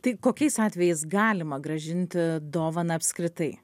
tai kokiais atvejais galima grąžinti dovaną apskritai